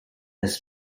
his